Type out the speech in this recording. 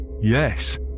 yes